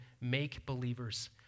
make-believers